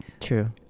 true